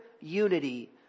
unity